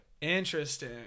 Interesting